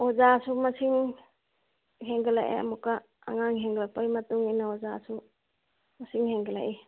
ꯑꯣꯖꯥꯁꯨ ꯃꯁꯤꯡ ꯍꯦꯟꯒꯠꯂꯛꯑꯦ ꯑꯃꯨꯛꯛ ꯑꯉꯥꯡ ꯍꯦꯟꯒꯠꯂꯛꯄꯒꯤ ꯃꯇꯨꯡ ꯏꯟꯅ ꯑꯣꯖꯥꯁꯨ ꯃꯁꯤꯡ ꯍꯦꯟꯒꯠꯂꯛꯏ